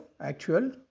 actual